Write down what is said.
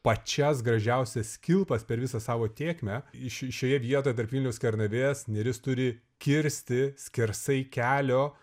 pačias gražiausias kilpas per visą savo tėkmę iš šioje vietoje tarp vilniaus ir kernavės neris turi kirsti skersai kelio